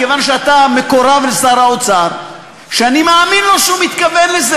כיוון שאתה מקורב לשר האוצר שאני מאמין לו שהוא מתכוון לזה,